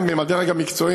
הם עם הדרג המקצועי,